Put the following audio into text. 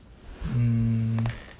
mm